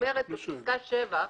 אומרת בפסקה (7)